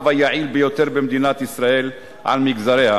והיעיל ביותר במדינת ישראל על מגזריה,